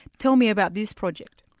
tell me about this project.